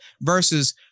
versus